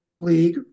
league